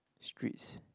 streets